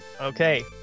Okay